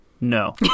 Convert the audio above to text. No